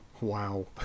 Wow